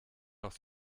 noch